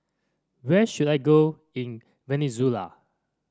where should I go in Venezuela